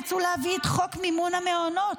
רצו להביא את חוק מימון המעונות.